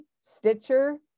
Stitcher